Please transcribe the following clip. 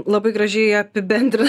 labai gražiai apibendrina